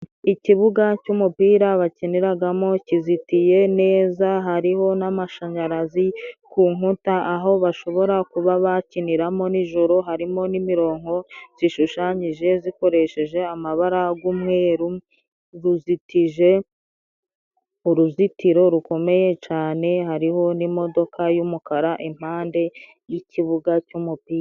Ikibuga cy'umupira bakiniragamo kizitiye neza hariho n'amashanyarazi ku nkuta, aho bashobora kuba bakiniramo n'ijoro harimo n'imironko zishushanyije zikoresheje amabara g'umweru, ruzitije uruzitiro rukomeye cane hariho n'imodoka y'umukara, impande y'kibuga cy'umupira.